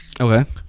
Okay